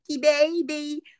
baby